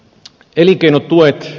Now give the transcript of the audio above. elinkeinotuet